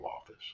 office